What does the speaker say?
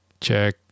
check